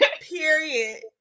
period